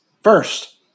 first